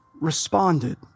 responded